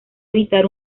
evitar